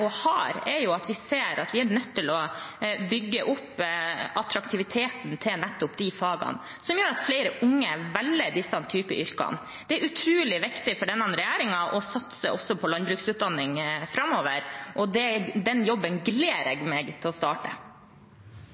at vi ser at vi er nødt til å bygge opp attraktiviteten til de fagene som vil gjøre at flere unge velger denne typen yrke. Det er utrolig viktig for denne regjeringen å satse på landbruksutdanning framover, og den jobben gleder jeg meg til å starte